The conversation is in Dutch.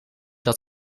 dat